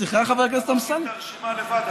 אתה מרכיב את הרשימה לבד.